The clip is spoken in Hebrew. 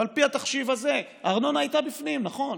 ועל פי התחשיב הזה, הארנונה הייתה בפנים, נכון,